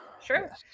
Sure